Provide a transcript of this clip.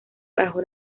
bajo